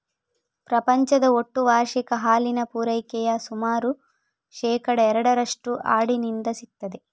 ಪ್ರಪಂಚದ ಒಟ್ಟು ವಾರ್ಷಿಕ ಹಾಲಿನ ಪೂರೈಕೆಯ ಸುಮಾರು ಶೇಕಡಾ ಎರಡರಷ್ಟು ಆಡಿನಿಂದ ಸಿಗ್ತದೆ